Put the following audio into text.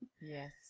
Yes